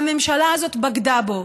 והממשלה הזאת בגדה בו,